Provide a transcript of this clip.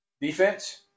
Defense